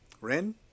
Ren